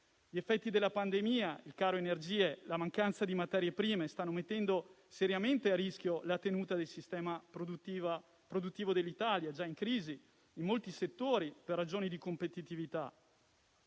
Gli effetti della pandemia, il caro energie e la mancanza di materie prime stanno mettendo seriamente a rischio la tenuta del sistema produttivo dell'Italia, già in crisi in molti settori per ragioni di competitività.